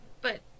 But-